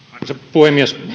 puhemies